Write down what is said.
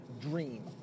dream